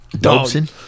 Dobson